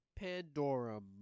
Pandorum